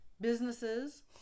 Businesses